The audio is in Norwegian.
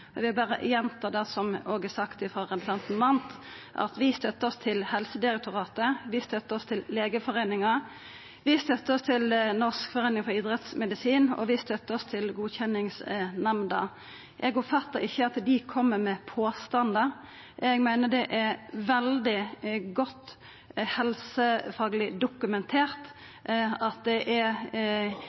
ikkje vil stemma for forslaget i dag – at det vi kjem med, ikkje er faktabasert, og at det vi kjem med, er påstandar. Eg gjentek det som òg er sagt frå representanten Mandt. Vi støttar oss til Helsedirektoratet, vi støttar oss til Legeforeningen, vi støttar oss til Norsk forening for idrettsmedisin og fysisk aktivitet, og vi støttar oss til godkjenningsnemnda. Eg oppfattar ikkje at